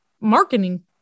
marketing